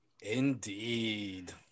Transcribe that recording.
Indeed